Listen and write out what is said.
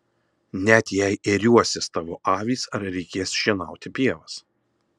net jei ėriuosis tavo avys ar reikės šienauti pievas